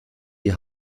die